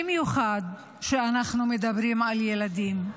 ובמיוחד כשאנחנו מדברים על ילדים,